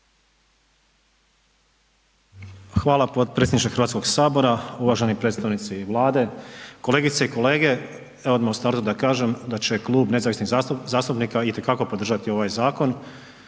Hvala potpredsjedniče Hrvatskog sabora, uvaženi predstavnici Vlade, kolegice i kolege. Odmah u startu da kažem da će Klub nezavisnih zastupnika itekako podržati ovaj zakon.